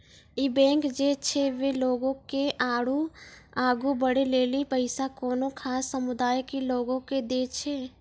इ बैंक जे छै वें लोगो के आगु बढ़ै लेली पैसा कोनो खास समुदाय के लोगो के दै छै